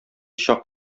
чак